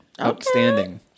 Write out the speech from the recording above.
outstanding